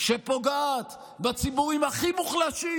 שפוגעת בציבורים הכי מוחלשים,